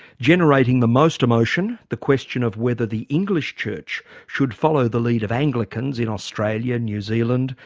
generating the most emotion the question of whether the english church should follow the lead of anglicans in australia, new zealand,